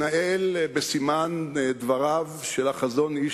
שמתנהל בסימן דבריו של החזון-אי"ש